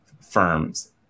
firms